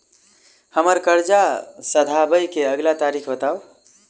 हम्मर कर्जा सधाबई केँ अगिला तारीख बताऊ?